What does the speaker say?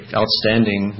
outstanding